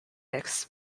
mix